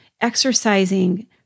exercising